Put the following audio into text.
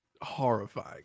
horrifying